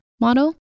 model